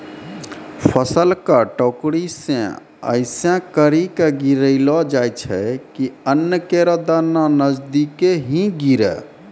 फसल क टोकरी सें ऐसें करि के गिरैलो जाय छै कि अन्न केरो दाना नजदीके ही गिरे